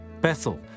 Bethel